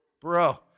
Bro